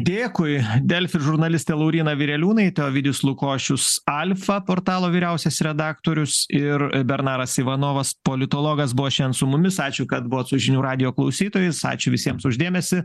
dėkui delfi žurnalistė lauryna vireliūnaitė ovidijus lukošius alfa portalo vyriausias redaktorius ir bernaras ivanovas politologas buvo šen su mumis ačiū kad buvot su žinių radijo klausytojais ačiū visiems už dėmesį